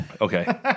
Okay